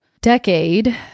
decade